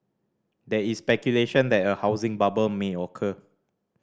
there is speculation that a housing bubble may occur